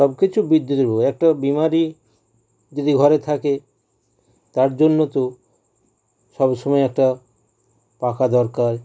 সবকিছু বিদ্যুতের একটা বিমারি যদি ঘরে থাকে তার জন্য তো সবসময় একটা পাখা দরকার